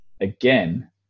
again